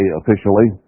officially